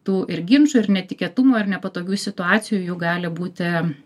tų ir ginčų ir netikėtumų ir nepatogių situacijų jų gali būti